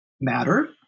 matter